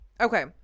Okay